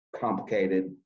complicated